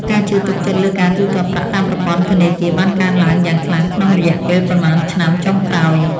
ការជឿទុកចិត្តលើការទូទាត់ប្រាក់តាមប្រព័ន្ធធនាគារបានកើនឡើងយ៉ាងខ្លាំងក្នុងរយៈពេលប៉ុន្មានឆ្នាំចុងក្រោយ។